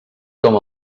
com